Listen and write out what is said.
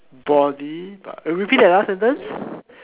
body can repeat the last sentence